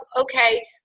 Okay